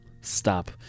stop